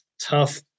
tough